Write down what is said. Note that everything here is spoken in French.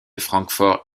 francfort